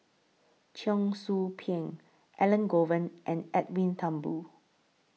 Cheong Soo Pieng Elangovan and Edwin Thumboo